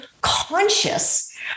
conscious